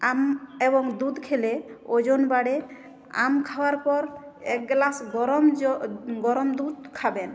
আম এবং দুধ খেলে ওজন বাড়ে আম খাওয়ার পর এক গ্লাস গরম জল গরম দুধ খাবেন